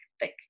thick